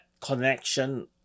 connection